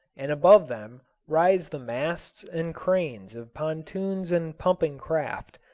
and above them rise the masts and cranes of pontoons and pumping-craft,